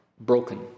broken